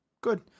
good